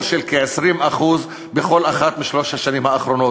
של 20% בכל אחת משלוש השנים האחרונות.